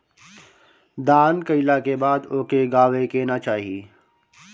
दान कइला के बाद ओके गावे के ना चाही